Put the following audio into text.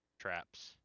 traps